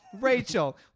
Rachel